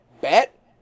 bet